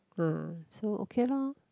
uh so okay lor